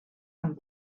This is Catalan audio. amb